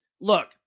Look